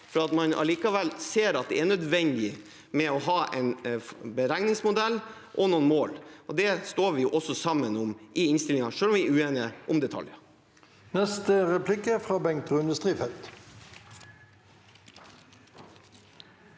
at man allikevel ser at det er nødvendig å ha en beregningsmodell og noen mål. Det står vi også sammen om i innstillingen selv om vi er uenige om detaljer.